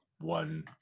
one